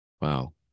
Wow